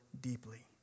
deeply